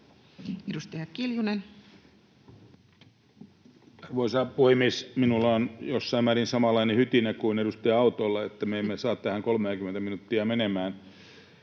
18:26 Content: Arvoisa puhemies! Minulla on jossain määrin samanlainen hytinä kuin edustaja Autolla, että me emme saa tähän 30 minuuttia menemään.